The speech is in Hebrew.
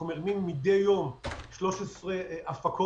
אנחנו מרימים מדי יום 13 הפקות,